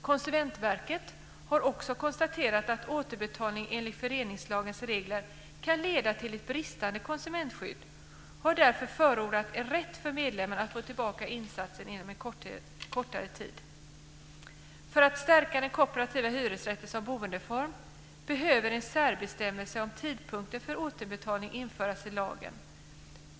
Konsumentverket har också konstaterat att återbetalning enligt föreningslagens regler kan leda till ett bristande konsumentskydd och har därför förordat en rätt för medlemmen att få tillbaka insatsen inom en kortare tid. För att den kooperativa hyresrätten som boendeform ska stärkas behöver en särbestämmelse om tidpunkten för återbetalning införas i lagen.